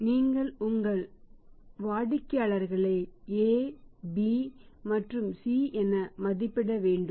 எனவே நீங்கள் உங்கள் வாடிக்கையாளர்களை A B மற்றும் C என மதிப்பிட வேண்டும்